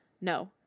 No